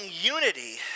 unity